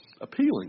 Appealing